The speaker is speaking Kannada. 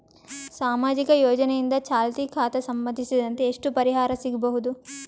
ಸಾಮಾಜಿಕ ಯೋಜನೆಯಿಂದ ಚಾಲತಿ ಖಾತಾ ಸಂಬಂಧಿಸಿದಂತೆ ಎಷ್ಟು ಪರಿಹಾರ ಸಿಗಬಹುದು?